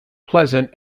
pleasant